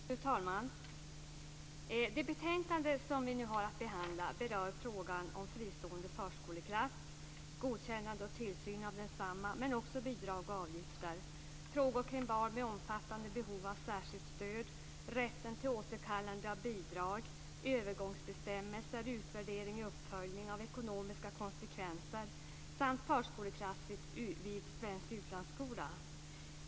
Fru talman! Det betänkande som vi nu har att behandla berör frågan om fristående förskoleklass, godkännande och tillsyn av densamma, men också frågor om bidrag och avgifter, om barn med omfattande behov av särskilt stöd, rätten till återkallande av bidrag, övergångsbestämmelser, utvärdering, uppföljning av ekonomiska konsekvenser samt förskoleklass vid svensk utlandsskola.